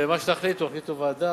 ומה שתחליטו,